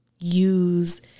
use